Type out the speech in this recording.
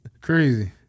Crazy